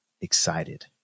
excited